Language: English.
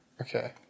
Okay